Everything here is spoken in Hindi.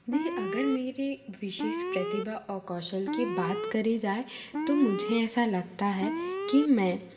जी अगर मेरे विशेष प्रतिभा और कौशल के बात करि जाए तो मुझे ऐसा लगता है की मैं